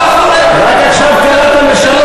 למה אתה אומר שתהיה פה אחרינו?